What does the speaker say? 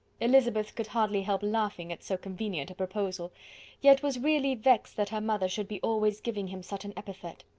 elizabeth could hardly help laughing at so convenient a proposal yet was really vexed that her mother should be always giving him such an epithet.